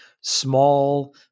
small